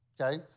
okay